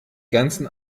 ganzen